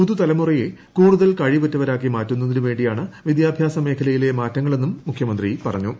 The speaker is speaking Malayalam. പുതുതലമുറയെ കൂടുതൽ കഴിവുറ്റവരാക്കി മാറ്റുന്നതിനുവേണ്ടിയാണ് വിദ്യാഭ്യാസ മേഖലയിലെ മാറ്റങ്ങളെന്നും മുഖ്യമന്ത്രി പറഞ്ഞു